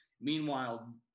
meanwhile